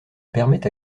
permet